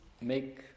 make